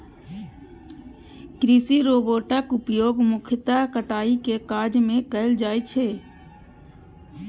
कृषि रोबोटक उपयोग मुख्यतः कटाइ के काज मे कैल जाइ छै